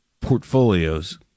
portfolios